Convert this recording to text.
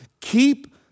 keep